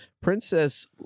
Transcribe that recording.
Princess